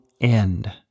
end